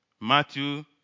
Matthew